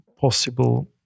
possible